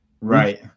right